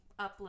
upload